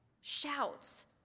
shouts